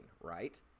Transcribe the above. right